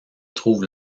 trouve